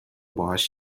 باهاش